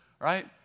right